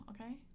okay